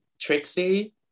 Trixie